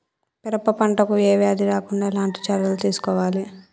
పెరప పంట కు ఏ వ్యాధి రాకుండా ఎలాంటి చర్యలు తీసుకోవాలి?